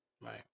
Right